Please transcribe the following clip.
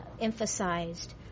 emphasized